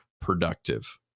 productive